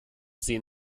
sie